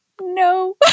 No